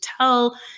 tell